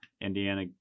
Indiana